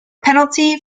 penalty